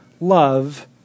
love